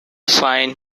fine